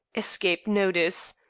escaped notice.